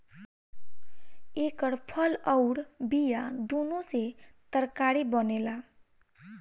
एकर फल अउर बिया दूनो से तरकारी बनेला